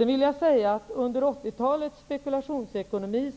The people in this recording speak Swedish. Under 80-talets spekulationsekonomi